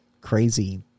crazy